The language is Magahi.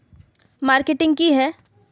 मार्केटिंग की है?